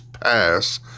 Pass